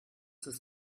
das